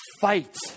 fight